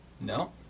No